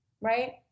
right